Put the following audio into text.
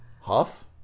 Huff